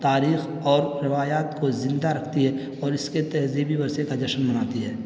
تاریخ اور روایات کو زندہ رکھتی ہے اور اس کے تہذیبی ورثے کا جشن مناتی ہے